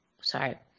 sorry